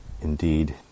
Indeed